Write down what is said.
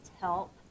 help